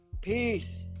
Peace